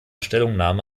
stellungnahme